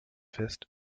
fest